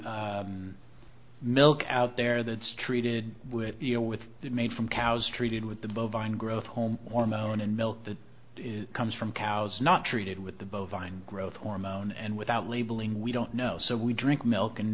be milk out there that's treated with you know with that made from cows treated with the bovine growth home or melon and milk that is comes from cows not treated with the bovine growth hormone and without labeling we don't know so we drink milk and